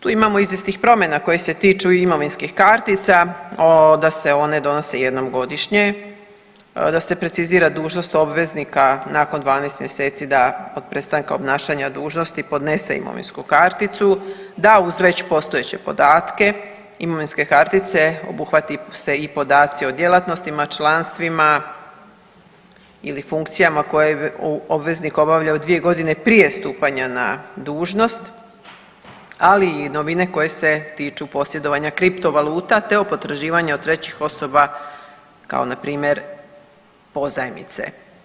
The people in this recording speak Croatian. Tu imamo izvjesnih promjena koje se tiču i imovinskih kartica da se one donose jednom godišnje, da se precizira dužnost obveznika nakon 12 mjeseci da od prestanka obnašanja dužnosti podnese imovinsku karticu, da uz već postojeće podatke imovinske kartice obuhvate se i podaci o djelatnostima, članstvima ili funkcijama koje obveznik obavlja u dvije godine prije stupanja na dužnost ali i novine koje se tiču posjedovanja kripto valuta, te o potraživanja od trećih osoba kao na primjer pozajmice.